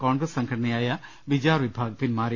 കോൺഗ്രസ് സംഘടനയായ വിചാർ വിഭാഗ് പിന്മാറി